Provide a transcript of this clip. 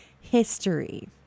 history